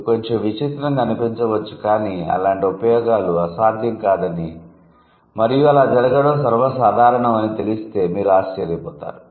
ఇది కొంచెం విచిత్రంగా అనిపించవచ్చు కాని అలాంటి ఉపయోగాలు అసాధ్యం కాదని మరియు అలా జరగడం సర్వ సాధారణం అని తెలిస్తే మీరు ఆశ్చర్యపోతారు